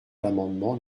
l’amendement